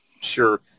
Sure